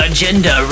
Agenda